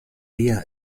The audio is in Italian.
via